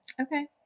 Okay